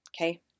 Okay